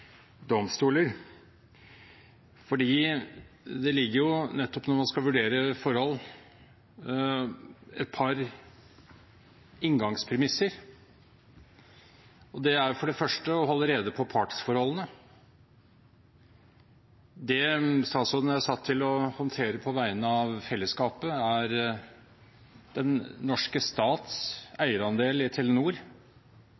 det ligger jo, nettopp når man skal vurdere forhold, et par inngangspremisser. Det er for det første å holde rede på partsforholdene. Det statsråden er satt til å håndtere på vegne av fellesskapet, er den norske stats eierandel i Telenor.